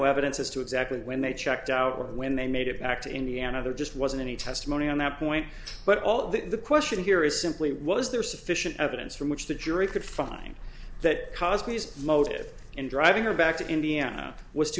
evidence as to exactly when they checked out when they made it back to indiana there just wasn't any testimony on that point but all that the question here is simply was there sufficient evidence from which the jury could find that cost me his motive in driving her back to indiana was to